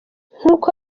nk’uko